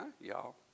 Y'all